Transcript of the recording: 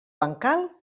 bancal